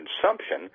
consumption